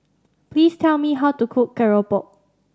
please tell me how to cook keropok